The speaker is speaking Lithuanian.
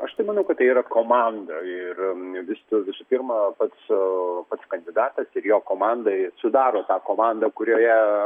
aš tai manau kad tai yra komanda ir visų visų pirma su pats kandidatas ir jo komandai sudaro tą komandą kurioje